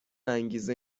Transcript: انگیزه